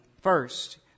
first